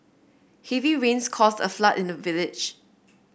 heavy rains caused a flood in the village